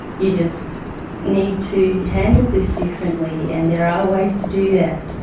you just need to handle this differently, and there are ways to do that.